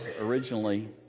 originally